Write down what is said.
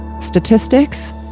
statistics